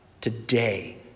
Today